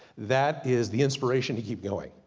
that is the inspiration to keep going,